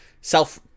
self